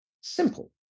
Simple